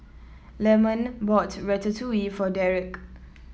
Lemon bought Ratatouille for Dereck